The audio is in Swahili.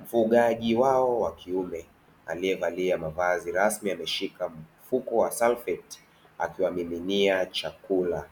Mfugaji wao wa kiume aliye valia mavazi rasmi ameshika mfuko wa salfeti akiwamiminia chakula.